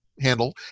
handle